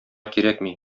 кирәкми